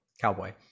cowboy